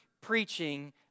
preaching